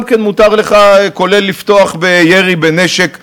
גם אז מותר לך לפתוח בירי בנשק חי.